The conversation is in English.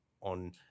on